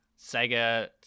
Sega